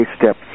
step